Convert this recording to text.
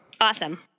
Awesome